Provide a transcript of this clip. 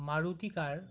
Maruti car